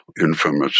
infamous